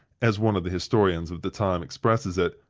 as one of the historians of the time expresses it,